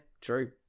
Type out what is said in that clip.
true